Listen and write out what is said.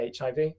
HIV